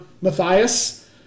Matthias